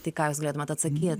tai ką jūs galėtumėte atsakyt